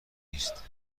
نیست